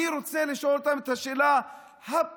ואני רוצה לשאול אותם את השאלה הפשוטה: